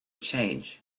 change